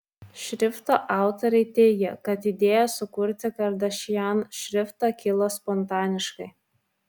šrifto autoriai teigia kad idėja sukurti kardashian šriftą kilo spontaniškai